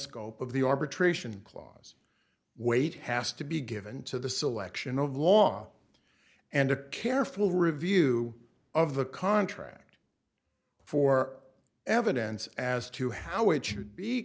scope of the arbitration clause weight has to be given to the selection of law and a careful review of the contract for evidence as to how it should be